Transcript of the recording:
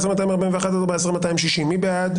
14,101 עד 14,120, מי בעד?